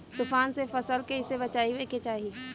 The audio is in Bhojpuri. तुफान से फसल के कइसे बचावे के चाहीं?